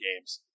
games